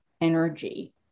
energy